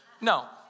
No